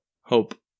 hope